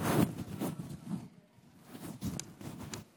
עד דקה.